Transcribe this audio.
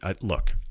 look